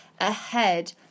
ahead